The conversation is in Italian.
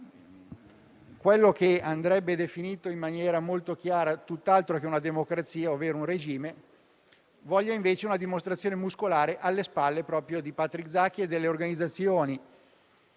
quello che andrebbe definito in maniera molto chiara tutt'altro che una democrazia, ossia un regime, voglia invece dare una dimostrazione muscolare alle spalle proprio di Patrick Zaki e delle organizzazioni